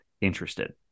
interested